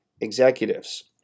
executives